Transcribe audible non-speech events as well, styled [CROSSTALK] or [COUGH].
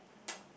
[NOISE]